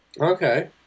Okay